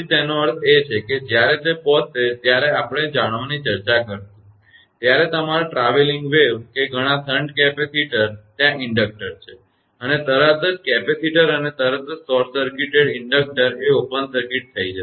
તેનો અર્થ એ છે કે જ્યારે તે પહોંચશે કે જ્યારે આપણે જાણવાની ચર્ચા કરીશું ત્યારે તમારા ટ્રાવેલીંગ વેવ કે ઘણા શન્ટ કેપેસિટર ત્યાં ઇન્ડક્ટર છે તરત જ તમારા કેપેસિટર અને તરત જ તે શોર્ટ સર્કિટેડ ઇન્ડકટર એ ઓપન સર્કિટ થઈ જશે